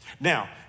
Now